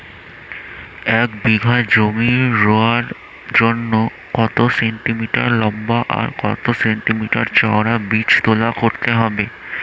এক বিঘা জমি রোয়ার জন্য কত সেন্টিমিটার লম্বা আর কত সেন্টিমিটার চওড়া বীজতলা করতে হবে?